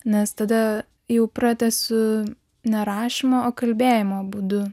nes tada jau pratęsiu nerašymo o kalbėjimo būdu